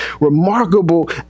remarkable